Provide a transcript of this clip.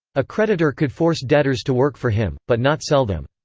a creditor could force debtors to work for him, but not sell them.